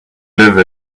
live